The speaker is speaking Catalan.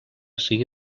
sigui